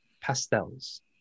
Pastels